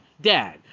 dad